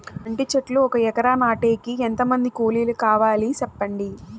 అంటి చెట్లు ఒక ఎకరా నాటేకి ఎంత మంది కూలీలు కావాలి? సెప్పండి?